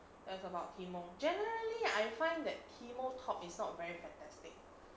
that's about teemo generally I find that teemo top is not that fantastic